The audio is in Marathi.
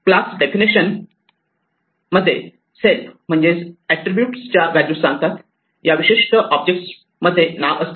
क्लास डेफिनेशन मध्ये सेल्फ म्हणजेच एट्रिब्यूट च्या व्हॅल्यूज सांगतात किंवा या विशिष्ट ऑब्जेक्ट मध्ये नाव असते